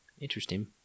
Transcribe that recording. interesting